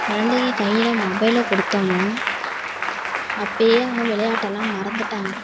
குழந்தைங்க கையில் மொபைலை கொடுத்தோமோ அப்போயே அவங்க விளையாடலாம் மறந்துவிட்டாங்க